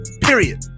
Period